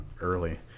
early